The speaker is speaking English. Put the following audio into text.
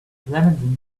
lemons